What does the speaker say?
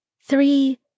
three